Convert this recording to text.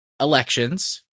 elections